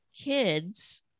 kids